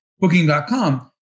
Booking.com